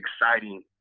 exciting